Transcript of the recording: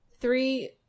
three